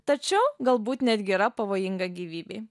tačiau galbūt netgi yra pavojinga gyvybei